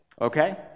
okay